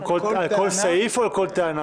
על כל סעיף או על כל טענה?